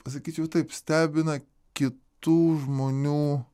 pasakyčiau taip stebina kitų žmonių